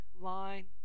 line